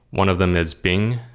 one of them is bing,